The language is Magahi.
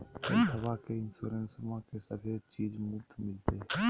हेल्थबा के इंसोरेंसबा में सभे चीज मुफ्त मिलते?